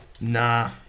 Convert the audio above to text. Nah